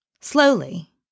Slowly